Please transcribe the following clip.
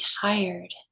tired